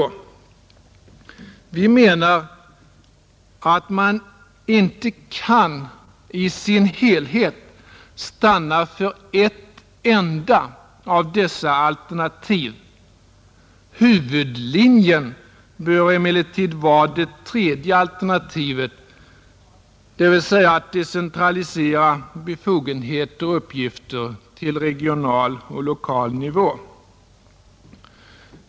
Vi menar att man inte kan i sin helhet stanna för endast ett av dessa alternativ. Huvudlinjen bör emellertid vara det tredje alternativet, dvs. att decentralisera befogenheter och uppgifter till regional och lokal nivå.